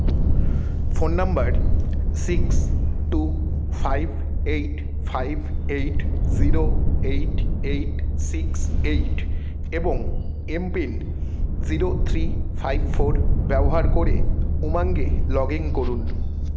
phone নম্বর six two five eight five eight zero eight eight six eight এবং M PIN zero three five four ব্যবহার করে উমাঙ্গে log in করুন